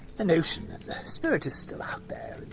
the notion that the spirit is still out there,